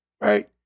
right